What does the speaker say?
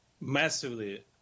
Massively